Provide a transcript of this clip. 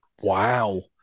wow